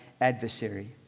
adversary